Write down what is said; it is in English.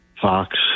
Fox